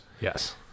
Yes